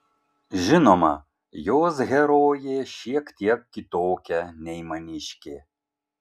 žinoma jos herojė šiek tiek kitokia nei maniškė